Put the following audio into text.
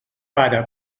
pare